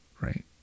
right